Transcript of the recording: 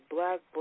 Black